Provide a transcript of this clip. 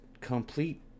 complete